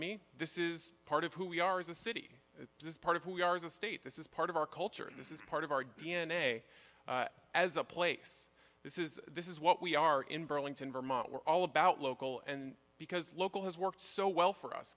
me this is part of who we are as a city this part of who we are as a state this is part of our culture this is part of our d n a as a place this is this is what we are in burlington vermont we're all about local and because local has worked so well for us